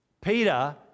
Peter